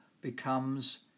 becomes